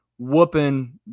whooping